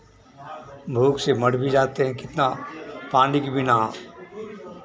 भूख से मर भी जाते हैं कितना पानी के बिना